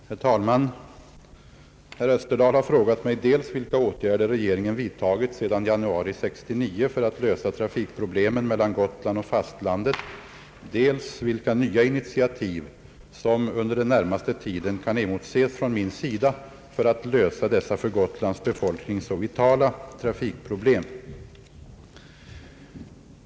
Herr talman! Herr Österdahl har frågat mig dels vilka åtgärder regeringen vidtagit sedan januari 1969 för att lösa trafikproblemen mellan Gotland och fastlandet, dels vilka nya initiativ som under den närmaste tiden kan emotses från min sida för att lösa dessa för Gotlands befolkning så vitala trafikproblem.